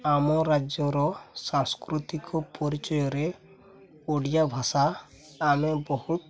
ଆମ ରାଜ୍ୟର ସାଂସ୍କୃତିକ ପରିଚୟରେ ଓଡ଼ିଆଭାଷା ଆମେ ବହୁତ